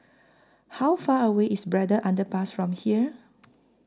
How Far away IS Braddell Underpass from here